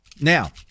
now